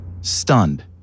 Stunned